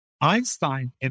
Einstein